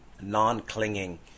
non-clinging